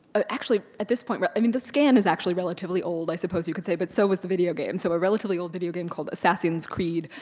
ah actually, at this point, but i mean the scan is actually relatively old i suppose you could say, but so is the video game. so a relatively old video game called assassin's creed.